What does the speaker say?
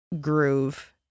groove